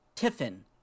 Tiffin